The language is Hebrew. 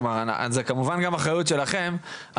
זה כמובן גם אחריות שלכם,